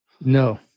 no